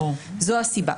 זו הסיבה.